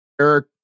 Eric